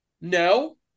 No